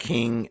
King